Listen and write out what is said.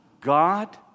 God